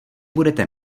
budete